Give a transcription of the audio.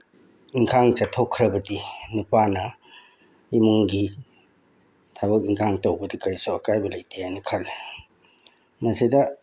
ꯏꯪꯈꯥꯡ ꯆꯠꯊꯣꯛꯈ꯭ꯔꯕꯗꯤ ꯅꯨꯄꯥꯅ ꯏꯃꯨꯡꯒꯤ ꯊꯕꯛ ꯏꯪꯈꯥꯡ ꯇꯧꯕꯗ ꯀꯔꯤꯁꯨ ꯑꯀꯥꯏꯕ ꯂꯩꯇꯦ ꯍꯥꯏꯅ ꯈꯜꯂꯤ ꯃꯁꯤꯗ